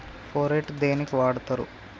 Phorate దేనికి వాడుతరు?